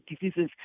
diseases